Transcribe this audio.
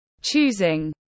Choosing